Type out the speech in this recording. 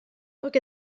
look